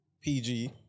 PG